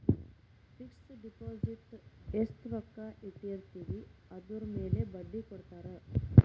fix deposit ಎಸ್ಟ ರೊಕ್ಕ ಇಟ್ಟಿರ್ತಿವಿ ಅದುರ್ ಮೇಲೆ ಬಡ್ಡಿ ಕೊಡತಾರ